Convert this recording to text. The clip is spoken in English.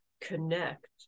connect